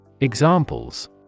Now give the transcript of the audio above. Examples